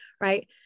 right